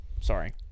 Sorry